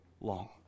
long